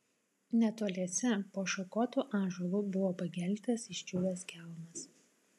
netoliese po šakotu ąžuolu buvo pageltęs išdžiūvęs kelmas